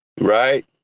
right